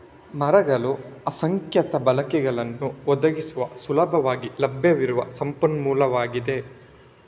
ಮರಗಳು ಅಸಂಖ್ಯಾತ ಬಳಕೆಗಳನ್ನು ಒದಗಿಸುವ ಸುಲಭವಾಗಿ ಲಭ್ಯವಿರುವ ಸಂಪನ್ಮೂಲವಾಗಿದೆ